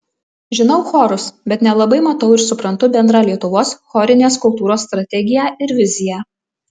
žinau chorus bet nelabai matau ir suprantu bendrą lietuvos chorinės kultūros strategiją ir viziją